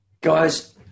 Guys